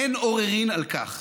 אין עוררין על כך